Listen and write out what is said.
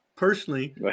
personally